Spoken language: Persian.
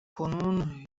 کنون